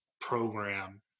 program